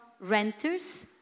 renters